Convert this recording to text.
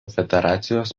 federacijos